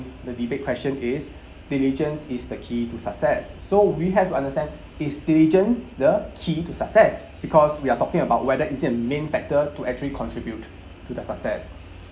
the debate question is diligence is the key to success so we have to understand is diligence the key to success because we are talking about whether is it a main factor to actually contribute to the success